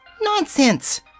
Nonsense